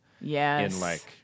Yes